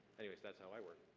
anyways, that's how i work.